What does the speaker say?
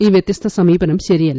ഈ വ്യത്യസ്ഥ സമീപനം ശരിയല്ല